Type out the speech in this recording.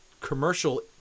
commercial